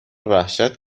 وحشت